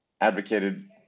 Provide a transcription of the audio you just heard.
advocated